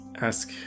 ask